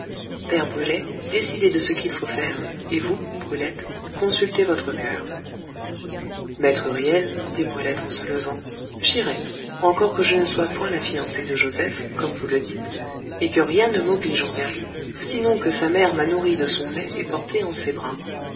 père brulet décidez de ce qu'il faut faire et vous brulette consultez votre coeur maître huriel dit brulette en se levant j'irai encore que je ne sois point la fiancée de joseph comme vous le dites et que rien ne m'oblige envers lui sinon que sa mère m'a nourrie de son lait et portée en ses bras